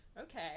okay